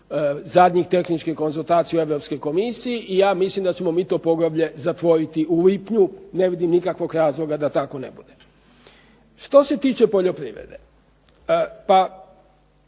zadnjih tehničkih konzultacija u Europskoj komisiji i ja mislim da ćemo mi to poglavlje zatvoriti u lipnju. Ne vidim nikakvog razloga da tako ne bude. Što se tiče poljoprivrede, pa